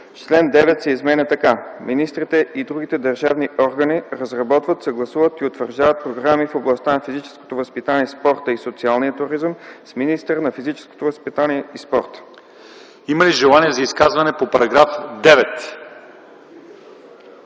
Член 9 се изменя така: „Чл. 9. Министрите и другите държавни органи разработват, съгласуват и утвърждават програми в областта на физическото възпитание, спорта и социалният туризъм с министъра на физическото възпитание и спорта.” ПРЕДСЕДАТЕЛ ЛЪЧЕЗАР ИВАНОВ: Има ли желания за изказване по § 9?